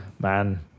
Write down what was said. man